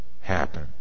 happen